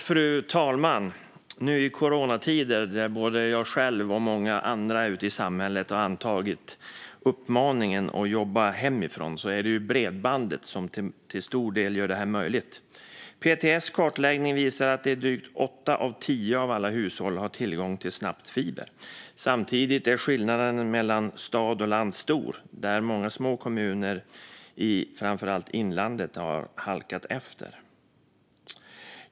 Fru talman! Nu i coronatider har både jag och många andra ute i samhället följt uppmaningen att jobba hemifrån. Då är det bredbandet som till stor del gör det möjligt. PTS kartläggning visar att drygt åtta av tio hushåll har tillgång till snabbt bredband. Samtidigt är skillnaden mellan stad och land stor. Många små kommuner i framför allt inlandet har halkat efter.